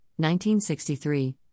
1963